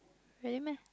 really meh